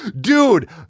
Dude